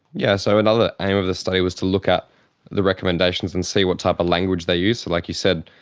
yeah so another aim of the study was to look at the recommendations and see what type of language they use. so, like you said,